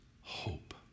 hope